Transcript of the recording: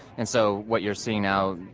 and so what you are seeing now,